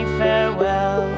farewell